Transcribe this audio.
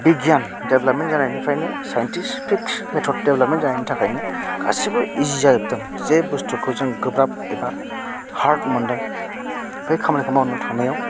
बिगियान डेब्लापमेन जानायनिफ्राइनो scientific method development जानायनि थाखायनो गासिबो इजि जाजोबदों जे बुस्थुखौ जों गोब्राब एबा हार्ड मोनदों बे खामानिखौ मावनो थांनायाव